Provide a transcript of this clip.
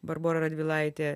barbora radvilaitė